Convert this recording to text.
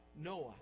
Noah